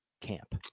camp